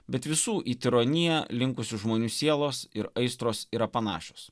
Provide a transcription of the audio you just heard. bet visų į tironiją linkusių žmonių sielos ir aistros yra panašios